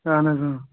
اَہَن حظ